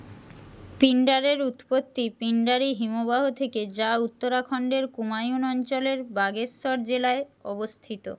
পিন্ডারের উৎপত্তি পিন্ডারি হিমবাহ থেকে যা উত্তরাখণ্ডের কুমায়ুন অঞ্চলের বাগেশ্বর জেলায় অবস্থিত